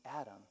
Adam